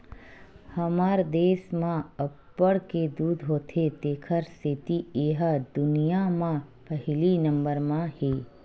हमर देस म अब्बड़ के दूद होथे तेखर सेती ए ह दुनिया म पहिली नंबर म हे